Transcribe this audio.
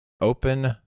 Open